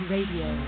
Radio